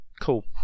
cool